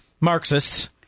Marxists